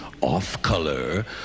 off-color